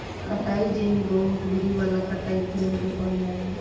कताई जेनी बहु धुरी वाला कताई फ्रेम के कहल जाला